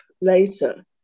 later